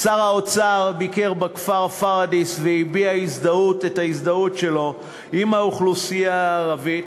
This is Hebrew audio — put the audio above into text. שר האוצר ביקר בכפר פוריידיס והביע את ההזדהות שלו עם האוכלוסייה הערבית